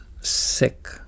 sick